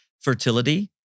Fertility